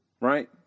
Right